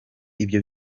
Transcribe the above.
ibyo